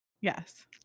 yes